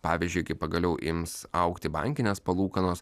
pavyzdžiui kai pagaliau ims augti bankinės palūkanos